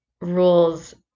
rules